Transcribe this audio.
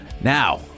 Now